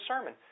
sermon